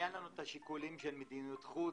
היו לנו את השיקולים של מדיניות חוץ.